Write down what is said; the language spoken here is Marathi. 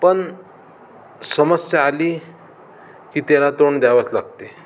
पण समस्या आली की त्याला तोंड द्यावंच लागते